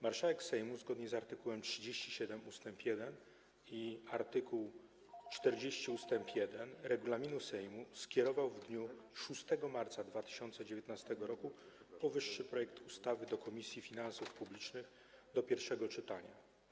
Marszałek Sejmu zgodnie z art. 37 ust. 1 i art. 40 ust. 1 regulaminu Sejmu skierował w dniu 6 marca 2019 r. powyższy projekt ustawy do Komisji Finansów Publicznych do pierwszego czytania.